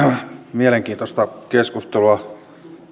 mielenkiintoista keskustelua